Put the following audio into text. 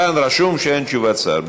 כאן רשום שאין תשובת שר.